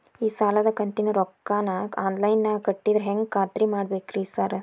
ಈ ಸಾಲದ ಕಂತಿನ ರೊಕ್ಕನಾ ಆನ್ಲೈನ್ ನಾಗ ಕಟ್ಟಿದ್ರ ಹೆಂಗ್ ಖಾತ್ರಿ ಮಾಡ್ಬೇಕ್ರಿ ಸಾರ್?